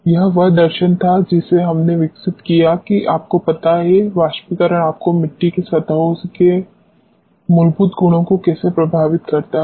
यह वह दर्शन था जिसे हमने विकसित किया कि आपको पता है वाष्पीकरण आपको मिट्टी की सतहों के मूलभूत गुणों को कैसे प्रभावित करता है